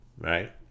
right